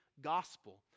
gospel